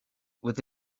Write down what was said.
with